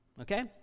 okay